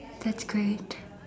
that's great